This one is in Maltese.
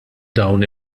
dawn